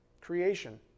creation